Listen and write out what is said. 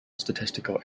statistical